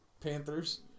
panthers